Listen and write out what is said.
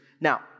Now